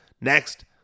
Next